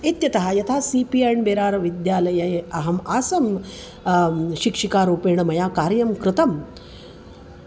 इत्यतः यथा C P and Virar विद्यालये अहम् आसं शिक्षिकारूपेण मया कार्यं कृतम्